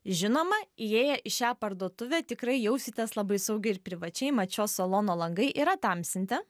žinoma įėję į šią parduotuvę tikrai jausitės labai saugiai ir privačiai mat šio salono langai yra tamsinti